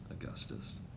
Augustus